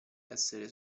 essere